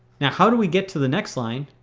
now how do we get to the next line?